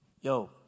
Yo